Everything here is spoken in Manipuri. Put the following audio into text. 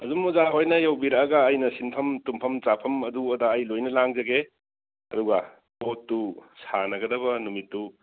ꯑꯗꯨꯝ ꯑꯣꯖꯥ ꯍꯣꯏꯅ ꯌꯧꯕꯤꯔꯛꯂꯒ ꯑꯩꯅ ꯁꯤꯟꯐꯝ ꯇꯨꯝꯐꯝ ꯆꯥꯐꯝ ꯑꯗꯨ ꯑꯗꯥ ꯑꯩ ꯂꯣꯏꯅ ꯂꯥꯡꯖꯒꯦ ꯑꯗꯨꯒ ꯄꯣꯠꯇꯨ ꯁꯥꯟꯅꯒꯗꯕ ꯅꯨꯃꯤꯠꯇꯨ